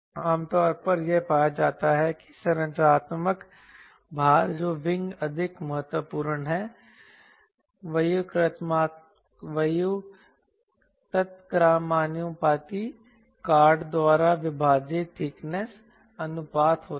आमतौर पर यह पाया जाता है कि संरचनात्मक भार जो विंग अधिक महत्वपूर्ण है व्युत्क्रमानुपाती कॉर्ड द्वारा विभाजित ठीकनेस अनुपात होता है